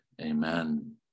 Amen